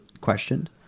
questioned